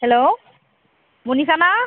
हेल' मनिखा ना